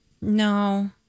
No